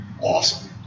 Awesome